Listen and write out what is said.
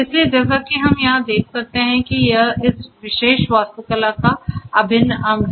इसलिए जैसा कि हम यहां देख सकते हैं कि यह इस विशेष वास्तुकला का अभिन्न अंग है